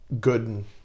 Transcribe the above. good